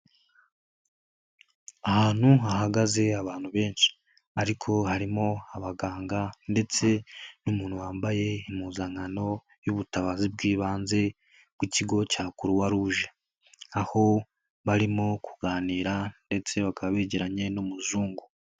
Ahantu hahagaze abantu benshi ariko harimo abaganga ndetse n'umuntu wambaye impuzankano y'ubutabazi bw'ibanze, ku kigo cya Croix rouge. Aho barimo kuganira ndetse bakaba begeranye n'umuzungu.